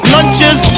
Lunches